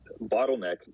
bottleneck